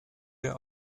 wir